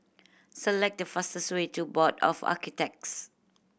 select the fastest way to Board of Architects